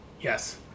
Yes